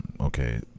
Okay